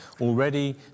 already